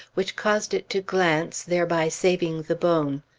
which caused it to glance, thereby saving the bone.